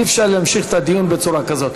אי-אפשר להמשיך את הדיון בצורה כזאת.